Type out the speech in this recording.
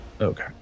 Okay